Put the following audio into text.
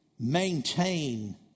Maintain